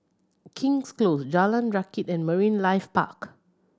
King's Close Jalan Rakit and Marine Life Park